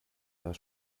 das